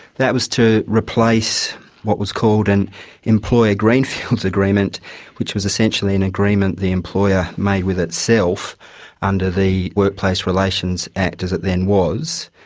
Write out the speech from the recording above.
that was to replace what was called an and employer greenfields agreement which was essentially an agreement the employer made with itself under the workplace relations act, as it then was.